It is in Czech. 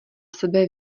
sebe